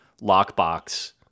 lockbox